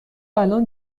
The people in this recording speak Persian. الان